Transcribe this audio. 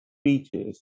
speeches